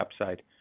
upside